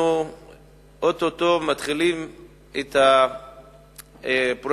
אנחנו או-טו-טו מתחילים את פרויקט